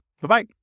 Bye-bye